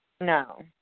No